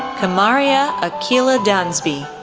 kamaria akilah dansby,